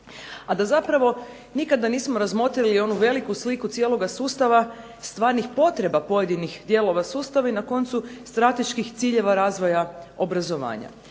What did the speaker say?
a da zapravo nikada nismo razmotrili oni veliku sliku cijeloga sustava stvarnih potreba pojedinih dijelova sustava i na koncu strateških ciljeva razvoja obrazovanja.